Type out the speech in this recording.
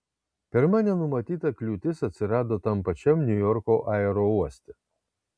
pirma nenumatyta kliūtis atsirado tam pačiam niujorko aerouoste